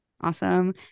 Awesome